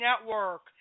Network